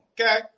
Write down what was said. Okay